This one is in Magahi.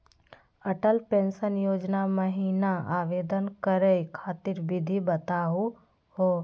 अटल पेंसन योजना महिना आवेदन करै खातिर विधि बताहु हो?